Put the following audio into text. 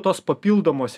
tos papildomos